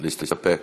להסתפק.